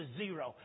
zero